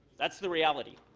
that's the reality.